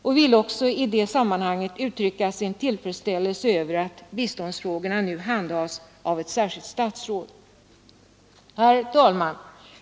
Utskottet vill i detta sammanhang också uttrycka sin tillfredsställelse över att biståndsfrågorna nu handläggs av ett särskilt statsråd. Herr talman!